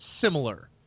similar